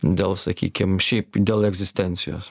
dėl sakykim šiaip dėl egzistencijos